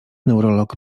neurolog